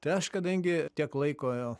tai aš kadangi tiek laiko